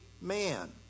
man